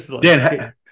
Dan